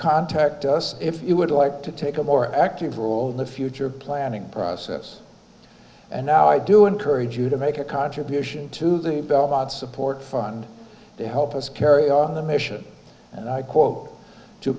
contact us if you would like to take a more active role in the future planning process and now i do encourage you to make a contribution to the belmont support fund to help us carry on the mission and i